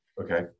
Okay